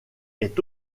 est